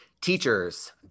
Teachers